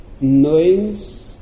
knowings